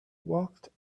walked